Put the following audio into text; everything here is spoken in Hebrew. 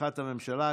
בתמיכת הממשלה,